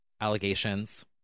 allegations